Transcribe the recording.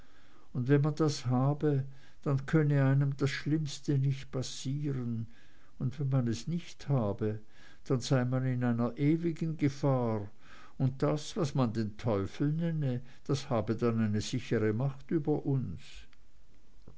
und wenn man das habe dann könne einem das schlimmste nicht passieren und wenn man es nicht habe dann sei man in einer ewigen gefahr und das was man den teufel nenne das habe dann eine sichere macht über uns